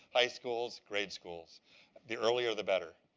high schools, grade schools the earlier the better.